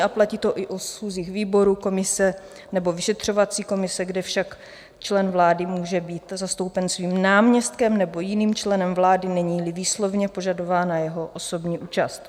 A platí to i o schůzích výboru, komise nebo vyšetřovací komise, kde však člen vlády může být zastoupen svým náměstkem nebo jiným členem vlády, neníli výslovně požadována jeho osobní účast.